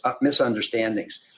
misunderstandings